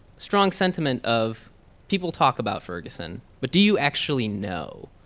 strong sentiment of people talk about ferguson, but do you actually know?